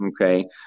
Okay